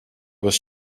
was